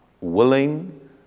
willing